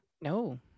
No